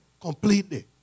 completely